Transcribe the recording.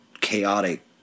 chaotic